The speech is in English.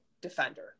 defender